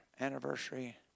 anniversary